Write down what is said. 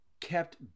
kept